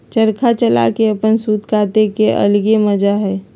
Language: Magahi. चरखा चला के अपन सूत काटे के अलगे मजा हई